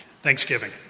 Thanksgiving